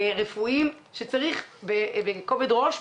רפואיים שצריך לבחון בכובד ראש,